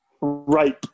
Rape